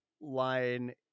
line